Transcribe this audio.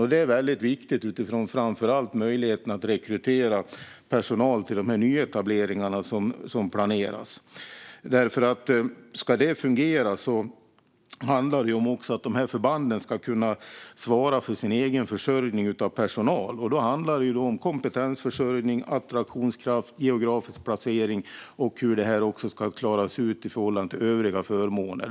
Detta är väldigt viktigt, framför allt när det gäller möjligheten att rekrytera personal till de nyetableringar som planeras. Om det ska fungera måste förbanden kunna svara för sin egen försörjning av personal. Då handlar det om kompetensförsörjning, attraktionskraft, geografisk placering och hur det ska klaras ut i förhållande till övriga förmåner.